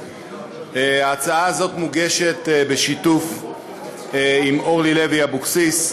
ההצעה הזאת מוגשת בשיתוף עם אורלי לוי אבקסיס,